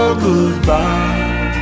goodbye